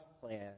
plan